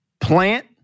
Plant